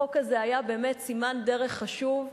החוק הזה היה באמת סימן דרך חשוב.